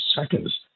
seconds